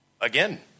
Again